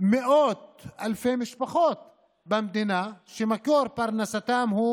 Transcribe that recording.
מאות אלפי משפחות במדינה שמקור פרנסתן הוא